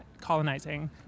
colonizing